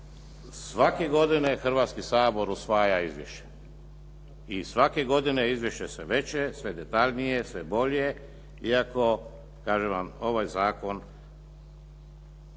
Svake godine Hrvatski sabor usvaja izvješće i svake godine izvješće je sve veće, sve detaljnije, sve bolje iako kažem